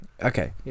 okay